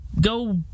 go